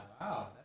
wow